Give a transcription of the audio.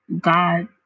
God